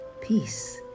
Peace